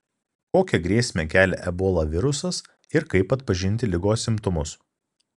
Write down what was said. kokią grėsmę kelia ebola virusas ir kaip atpažinti ligos simptomus